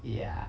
ya